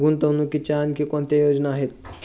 गुंतवणुकीच्या आणखी कोणत्या योजना आहेत?